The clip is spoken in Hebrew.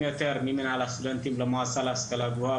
יותר ממינהל הסטודנטים למועצה להשכלה גבוהה,